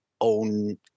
own